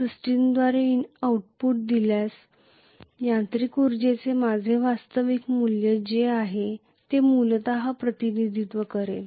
सिस्टमद्वारे आउटपुट केलेल्या यांत्रिक उर्जाचे माझे वास्तविक मूल्य जे आहे ते हे मूलत प्रतिनिधित्व करीत आहे